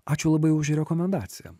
ačiū labai už rekomendaciją